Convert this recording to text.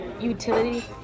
utility